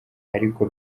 ariko